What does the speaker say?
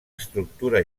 estructura